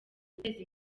guteza